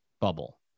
bubble